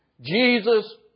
Jesus